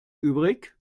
übrig